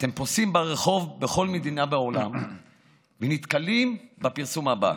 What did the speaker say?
שאתם פוסעים ברחוב בכל מדינה בעולם ונתקלים בפרסום הבא: